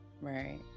right